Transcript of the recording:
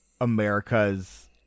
America's